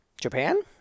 Japan